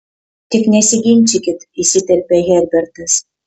tik nesiginčykit įsiterpė herbertas